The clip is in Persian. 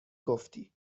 گفتی